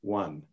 one